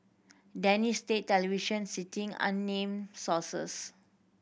Danish state television citing unnamed sources